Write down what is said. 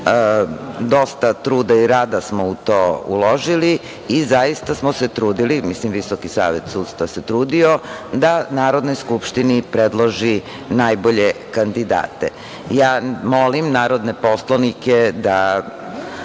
dosta truda i rada smo u to uložili i zaista smo se trudili, mislim VSS se trudio da Narodnoj skupštini predloži najbolje kandidate. Molim narodne poslanike da